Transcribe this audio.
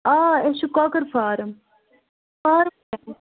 آ اَسہِ چھُ کۄکَر فاَرَم